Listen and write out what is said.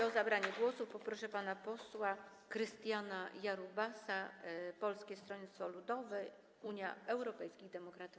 O zabranie głosu poproszę pana posła Krystiana Jarubasa, Polskie Stronnictwo Ludowe - Unia Europejskich Demokratów.